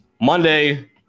Monday